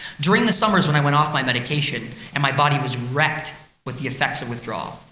during the summers, when i went off my medication and my body was wrecked with the effects of withdrawal,